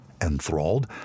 Enthralled